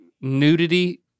nudity